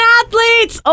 athletes